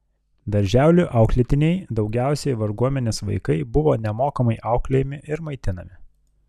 darželių auklėtiniai daugiausiai varguomenės vaikai buvo nemokamai auklėjami ir maitinami